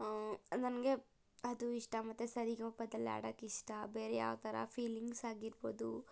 ನನಗೆ ಅದು ಇಷ್ಟ ಮತ್ತು ಸರಿಗಮಪದಲ್ಲಿ ಹಾಡಕ್ಕೆ ಇಷ್ಟ ಬೇರೆ ಯಾವ ಥರ ಫೀಲಿಂಗ್ಸ್ ಆಗಿರ್ಬೊದು